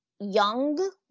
young